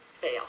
fail